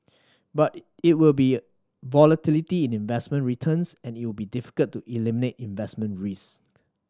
but it will be volatility in investment returns and it will be difficult to eliminate investment risk